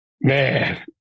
man